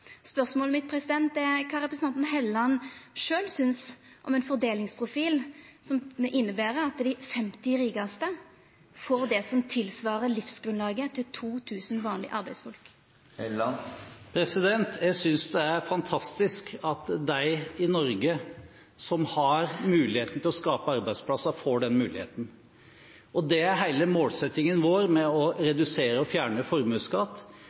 Spørsmålet mitt er kva representanten Helleland sjølv synest om ein fordelingsprofil som inneber at dei 50 rikaste får det som tilsvarer livsgrunnlaget til 2 000 vanlege arbeidsfolk. Jeg synes det er fantastisk at de i Norge som har mulighet til å skape arbeidsplasser, får den muligheten. Hele målsettingen vår med å redusere og fjerne formuesskatt